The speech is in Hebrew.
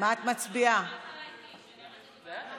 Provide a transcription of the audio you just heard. לוועדה המיוחדת לעניין נגיף הקורונה החדש ולבחינת